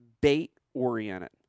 bait-oriented